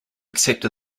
except